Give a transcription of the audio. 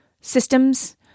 systems